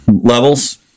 levels